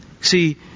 See